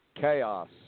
chaos